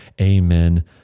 Amen